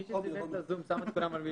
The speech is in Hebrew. אתה מוכן להזמין מישהו לבדוק?